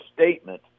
statement